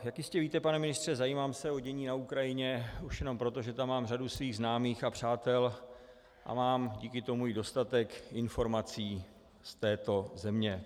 Jak jistě víte, pane ministře, zajímám se o dění na Ukrajině už jenom proto, že tam mám řadu svých známých a přátel a mám díky tomu i dostatek informací z této země.